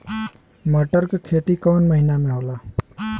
मटर क खेती कवन महिना मे होला?